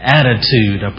attitude